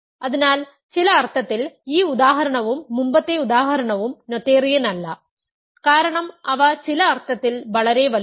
അതിനാൽ ചില അർത്ഥത്തിൽ ഈ ഉദാഹരണവും മുമ്പത്തെ ഉദാഹരണവും നോതേറിയൻ അല്ല കാരണം അവ ചില അർത്ഥത്തിൽ വളരെ വലുതാണ്